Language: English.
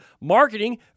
marketing